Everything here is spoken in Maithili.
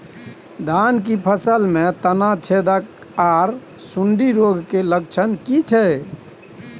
धान की फसल में तना छेदक आर सुंडी रोग के लक्षण की छै?